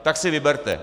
Tak si vyberte.